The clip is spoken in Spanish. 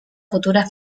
futura